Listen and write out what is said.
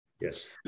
Yes